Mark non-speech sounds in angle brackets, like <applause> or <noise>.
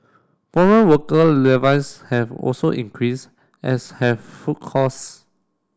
foreign worker <unintelligible> have also increased as have food costs